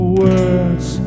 words